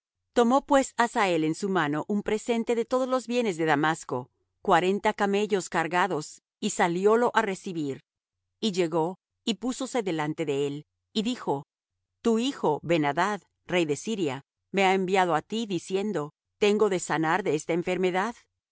tomó pues hazael en su mano un presente de todos los bienes de damasco cuarenta camellos cargados y saliólo á recibir y llegó y púsose delante de él y dijo tu hijo ben adad rey de siria me ha enviado á ti diciendo tengo de sanar de esta enfermedad